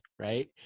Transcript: right